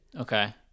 Okay